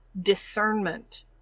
discernment